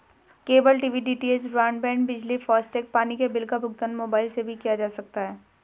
cable TV DTH, broadband, बिजली, FASTag, पानी के बिल का भुगतान मोबाइल से भी किया जा सकता है